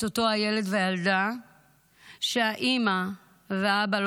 את אותו הילד והילדה שהאימא והאבא לא